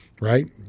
right